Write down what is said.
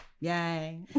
Yay